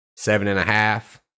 Seven-and-a-half